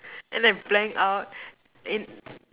and I blank out in